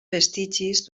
vestigis